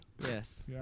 Yes